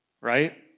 right